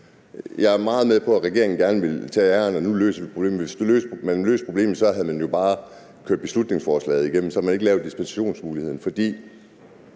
Jeg er meget med på, at regeringen gerne ville tage æren og sige, at nu løser vi problemet, men hvis man ville løse problemet, havde man jo bare kørt beslutningsforslaget igennem; så havde man ikke lavet dispensationsmuligheden.